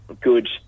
good